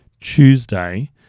Tuesday